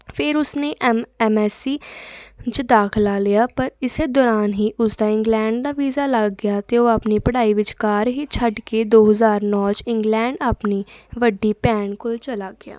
ਫਿਰ ਉਸਨੇ M M S C 'ਚ ਦਾਖਲਾ ਲਿਆ ਪਰ ਇਸ ਦੌਰਾਨ ਹੀ ਉਸਦਾ ਇੰਗਲੈਂਡ ਦਾ ਵੀਜ਼ਾ ਲੱਗ ਗਿਆ ਅਤੇ ਉਹ ਆਪਣੀ ਪੜ੍ਹਾਈ ਵਿਚਕਾਰ ਹੀ ਛੱਡ ਕੇ ਦੋ ਹਜ਼ਾਰ ਨੌ 'ਚ ਇੰਗਲੈਂਡ ਆਪਣੀ ਵੱਡੀ ਭੈਣ ਕੋਲ ਚਲਾ ਗਿਆ